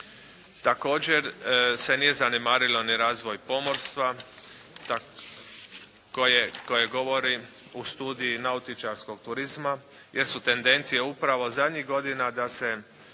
Također se nije zanemarilo ni razvoj pomorstva koje govori o studiji nautičarskog turizma jer su tendencije upravo zadnjih godina da se